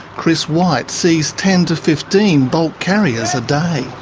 chris white sees ten to fifteen bulk carriers a day.